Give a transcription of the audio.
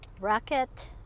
Rocket